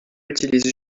utilisent